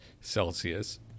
Celsius